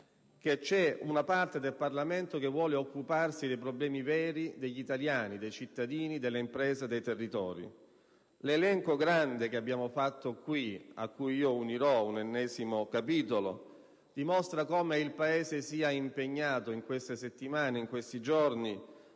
che c'è una parte del Parlamento che vuole occuparsi dei problemi veri degli italiani, dei cittadini, delle imprese, dei territori. L'elenco, lungo, che abbiamo fatto qui, a cui io unirò un ennesimo capitolo, dimostra come il Paese sia impegnato in queste settimane e in questi giorni